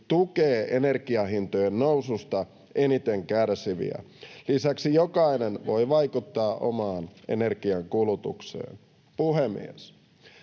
tukee energianhintojen noususta eniten kärsiviä. Lisäksi jokainen voi vaikuttaa omaan energiankulutukseensa. Puhemies!